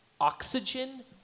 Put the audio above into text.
oxygen